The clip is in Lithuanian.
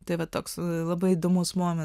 tai va toks labai įdomus momentas